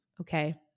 Okay